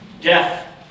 Death